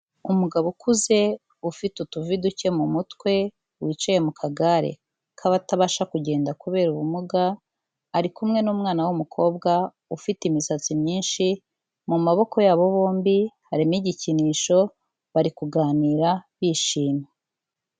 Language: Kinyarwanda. Umugabo ukuze ufite utuvi duke mumutwe wicaye mu kagare k'abatabasha kugenda kubera ubumuga, ari kumwe n'umwana w'umukobwa ufite imisatsi myinshi mu maboko yabo bombi harimo igikinisho bari kuganira bishima.